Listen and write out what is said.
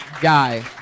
guy